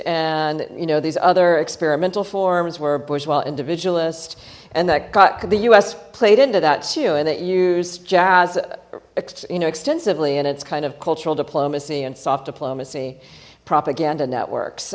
and you know these other experimental forms were bushwell individualist and that got the us played into that too and it used jazz you know extensively and it's kind of cultural diplomacy and soft diplomacy propaganda